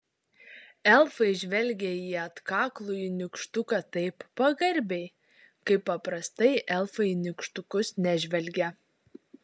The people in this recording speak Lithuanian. elfai žvelgė į atkaklųjį nykštuką taip pagarbiai kaip paprastai elfai į nykštukus nežvelgia